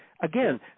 again